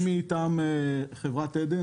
מטעם חברת "עדן",